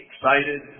excited